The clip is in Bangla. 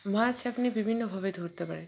মাছ আপনি বিভিন্নভাবে ধরতে পারেন